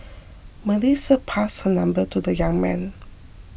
Melissa passed her number to the young man